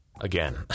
Again